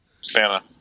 Santa